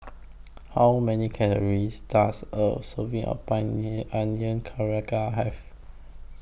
How Many Calories Does A Serving of Onion Pakora Have